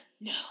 no